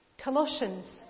Colossians